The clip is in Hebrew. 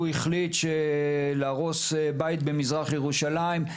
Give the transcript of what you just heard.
הוא החליט להרוס בית במזרח ירושלים,